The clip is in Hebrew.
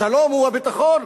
השלום הוא הביטחון.